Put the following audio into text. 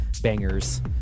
bangers